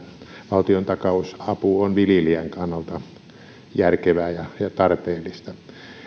valtiontakausapu on viljelijän kannalta järkevää ja tarpeellista